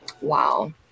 Wow